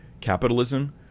capitalism